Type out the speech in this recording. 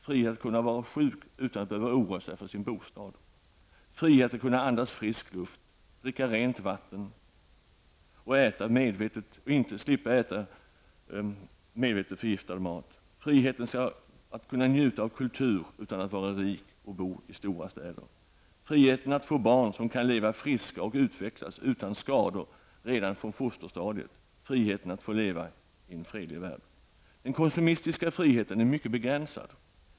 Frihet att kunna vara sjuk utan att behöva oroa sig för bostad. Frihet att kunna andas frisk luft, dricka rent vatten och slippa äta medvetet förgiftad mat. Frihet att kunna njuta av kultur utan att vara rik eller bo i stora städer. Frihet att få barn som kan leva friska och utvecklas utan skador redan från fosterstadiet. Frihet att få leva i en fredlig värld. Den konsumistiska friheten är mycket begränsad.